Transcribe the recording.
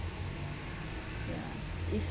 if